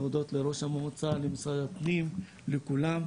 להודות לראש המועצה, למשרד הפנים ולכולם.